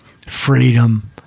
freedom